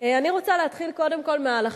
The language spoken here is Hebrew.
אני רוצה להתחיל קודם כול מההלכה.